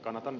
kannatan